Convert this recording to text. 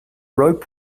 rope